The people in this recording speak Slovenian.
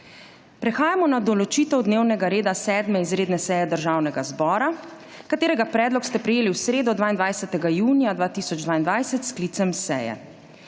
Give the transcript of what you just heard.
Prehajamo na **določitev dnevnega reda** 7. izredne seje Državnega zbora, katerega predlog ste prejeli v sredo, 22. junija 2022, s sklicem seje.